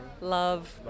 love